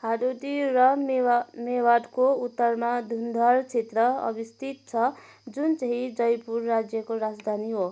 हाडोटी र मेवाडको उत्तरमा धुन्धर क्षेत्र अवस्थित छ जुन चाहिँ जयपुर राज्यको राजधानी हो